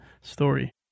story